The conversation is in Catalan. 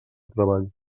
treball